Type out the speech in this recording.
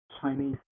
Chinese